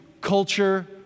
culture